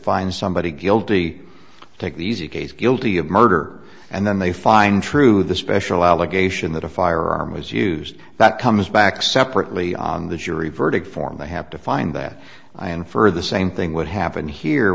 find somebody guilty take the easy case guilty of murder and then they find true the special allegation that a firearm was used that comes back separately on the jury verdict form they have to find that i infer the same thing what happened here